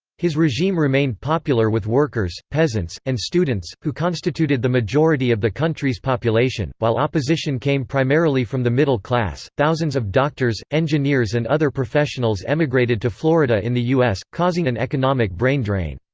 his regime remained popular with workers, peasants, and students, who constituted the majority of the country's population, while opposition came primarily from the middle class thousands of doctors, engineers and other professionals emigrated to florida in the u s, causing an economic brain drain.